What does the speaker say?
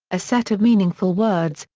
a set of meaningful words,